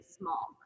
small